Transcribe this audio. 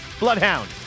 Bloodhound